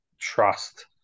trust